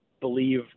believe